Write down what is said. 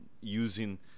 using